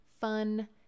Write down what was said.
fun